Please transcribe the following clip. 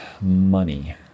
money